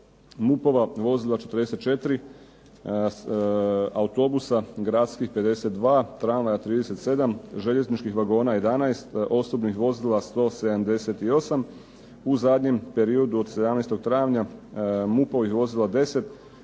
MUP-ova vozila 44, autobusa gradskih 52, tramvaja 37, željezničkih vagona 11, osobnih vozila 178, u zadnjem periodu od 17. travnja MUP-ovih vozila 10,